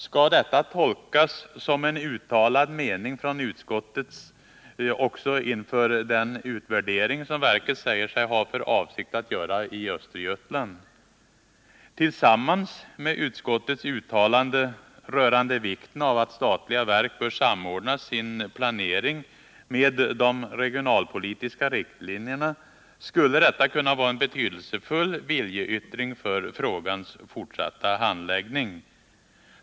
Skall detta tolkas som en uttalad mening från utskottet också inför den utvärdering som verket säger sig ha för avsikt att göra i Östergötland? Tillsammans med utskottets uttalande rörande vikten av att statliga verk bör samordna sin planering med de regionalpolitiska riktlinjerna, skulle detta kunna vara en betydelsefull viljeyttring för frågans fortsatta handläggning.